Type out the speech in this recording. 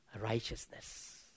righteousness